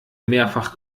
mehrfach